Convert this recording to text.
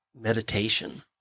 meditation